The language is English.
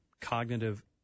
cognitive